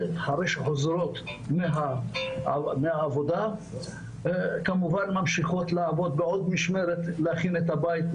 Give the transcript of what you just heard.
ואחרי שהן חוזרות מהעבודה הן כמובן ממשיכות לעבוד בעוד משמרת בבית.